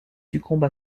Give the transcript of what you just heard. succombe